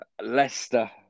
Leicester